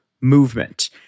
movement